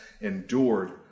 endured